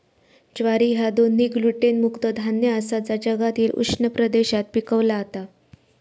ज्वारी ह्या दोन्ही ग्लुटेन मुक्त धान्य आसा जा जगातील उष्ण प्रदेशात पिकवला जाता